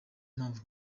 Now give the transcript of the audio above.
mpamvu